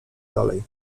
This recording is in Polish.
dalej